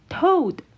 Toad